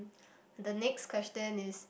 the next question is